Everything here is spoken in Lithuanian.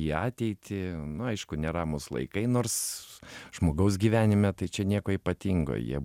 į ateitį na aišku neramūs laikai nors žmogaus gyvenime tai čia nieko ypatingo jie